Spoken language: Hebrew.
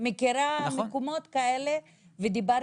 אני מכירה מקומות כאלה ודיברתי עם העובדות.